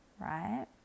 right